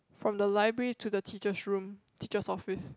from the library to the teacher's room teacher's office